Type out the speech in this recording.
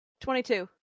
Twenty-two